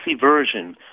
version